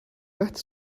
met